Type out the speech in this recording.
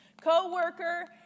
Co-worker